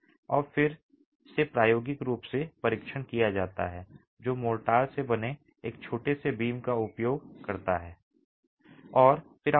और यह फिर से प्रायोगिक रूप से परीक्षण किया जाता है जो मोर्टार से बने एक छोटे बीम का उपयोग करता है